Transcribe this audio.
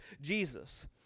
Jesus